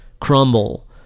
crumble